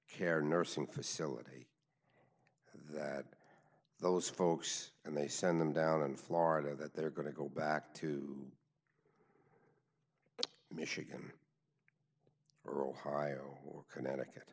care nursing facility that those folks and they send them down in florida that they're going to go back to michigan or ohio or connecticut